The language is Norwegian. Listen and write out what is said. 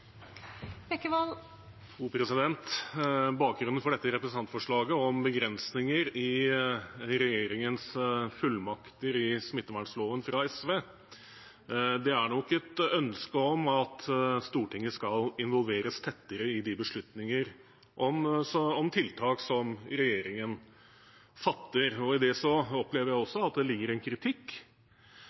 Bakgrunnen for dette representantforslaget fra SV, om begrensninger i regjeringens fullmakter i smittevernloven, er nok et ønske om at Stortinget skal involveres tettere i de beslutninger om tiltak som regjeringen fatter. I det opplever jeg også at det ligger en kritikk